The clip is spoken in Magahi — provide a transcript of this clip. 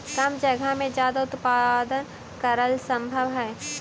कम जगह में ज्यादा उत्पादन करल सम्भव हई